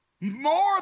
more